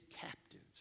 captives